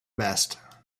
best